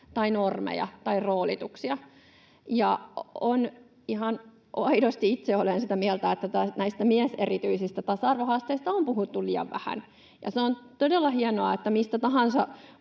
Ja ihan aidosti itse olen sitä mieltä, että näistä mieserityisistä tasa-arvohaasteista on puhuttu liian vähän, ja se on todella hienoa, nostetaan tätä mistä tahansa